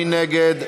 מי נגד?